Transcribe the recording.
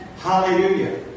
Hallelujah